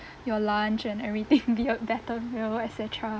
your lunch and everything be a better meal et cetera